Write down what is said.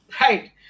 right